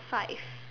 five